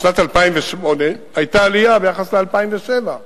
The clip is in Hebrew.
בשנת 2008 היתה עלייה ביחס ל-2007.